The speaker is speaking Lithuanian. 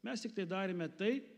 mes tiktai darėme tai